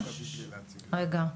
רגע.